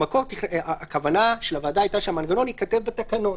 הכוונה של הוועדה הייתה שהמנגנון ייכתב בתקנון,